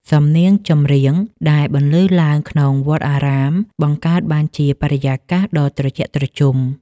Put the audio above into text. សំនៀងចម្រៀងដែលបន្លឺឡើងក្នុងវត្តអារាម បង្កើតបានជាបរិយាកាសដ៏ត្រជាក់ត្រជុំ។